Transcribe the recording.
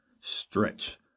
stretch